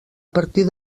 partir